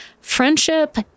friendship